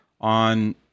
on